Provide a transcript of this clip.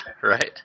right